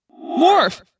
Morph